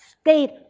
state